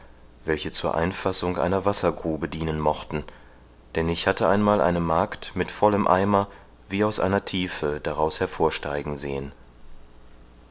welche zur einfassung einer wassergrube dienen mochten denn ich hatte einmal eine magd mit vollem eimer wie aus einer tiefe daraus hervorsteigen sehen